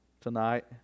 tonight